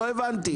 לא הבנתי.